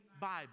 Bible